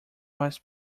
was